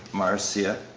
marcia.